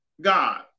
God